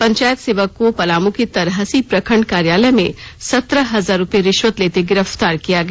पंचायत सेवक को पलामू के तरहसी प्रखंड कार्यालय में सत्रह हजार रूपये रिश्वत लेते गिरफ्तार किया गया